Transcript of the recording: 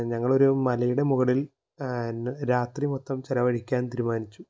ഞങ്ങളൊരു മലയുടെ മുകളിൽ രാത്രി മൊത്തം ചെലവഴിക്കാൻ തിരുമാനിച്ചു